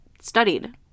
studied